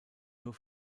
nur